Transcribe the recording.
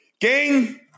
Gang